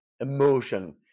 emotion